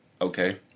okay